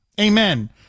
Amen